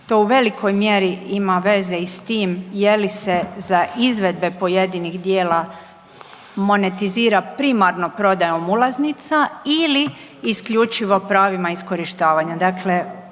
To u velikoj mjeri ima veze i s tim je li se za izvedbe pojedinih djela monetizira primarno prodajom ulaznica ili isključivo pravima iskorištavanja.